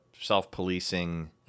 self-policing